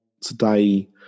today